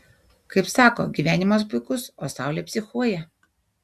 kaip sako gyvenimas puikus o saulė psichuoja